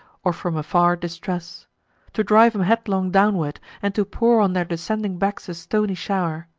or from afar distress to drive em headlong downward, and to pour on their descending backs a stony show'r.